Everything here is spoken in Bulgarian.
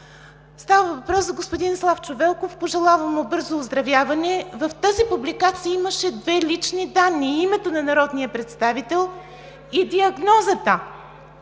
Става въпрос за господин Славчо Велков – пожелавам му бързо оздравяване. В тази публикация имаше две лични данни – името на народния представител и диагнозата,